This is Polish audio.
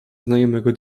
znajomego